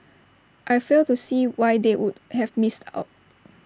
I fail to see why they would have missed out